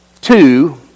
Two